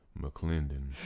mcclendon